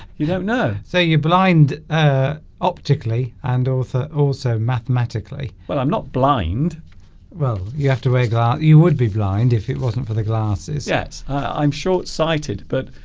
you don't know say you blind optically and author also mathematically well i'm not blind well you have to wear out you would be blind if it wasn't for the glasses yes i'm short-sighted but